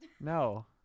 No